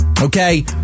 Okay